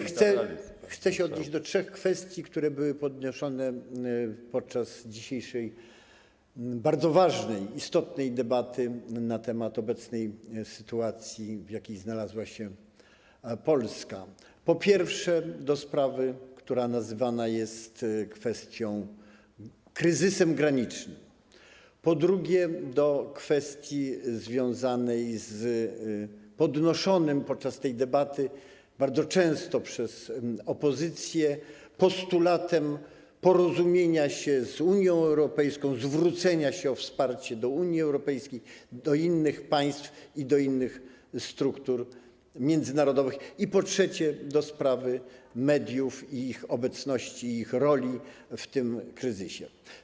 Chcę się odnieść do trzech kwestii, które były podnoszone podczas dzisiejszej bardzo ważnej, istotnej debaty na temat sytuacji, w jakiej obecnie znajduje się Polska: po pierwsze, do sprawy, która nazywana jest kryzysem granicznym, po drugie, do kwestii związanej z bardzo często podczas tej debaty podnoszonym przez opozycję postulatem porozumienia się z Unią Europejską, zwrócenia się o wsparcie do Unii Europejskiej, do innych państw i do innych struktur międzynarodowych, i po trzecie, do sprawy mediów oraz ich obecności i roli w tym kryzysie.